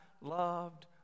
loved